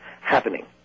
happening